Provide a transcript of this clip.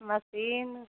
machine